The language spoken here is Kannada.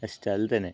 ಅಷ್ಟಲ್ದೇ